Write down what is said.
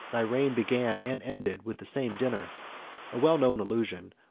thy reign began and ended with the same dinner a well-known allusion,